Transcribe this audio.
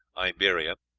iberia,